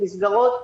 מסגרות,